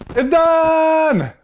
it's done!